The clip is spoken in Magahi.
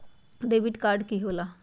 डेबिट काड की होला?